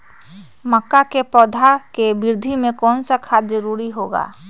मक्का के पौधा के वृद्धि में कौन सा खाद जरूरी होगा?